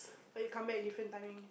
like you come back different timing